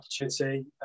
opportunity